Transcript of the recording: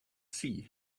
sea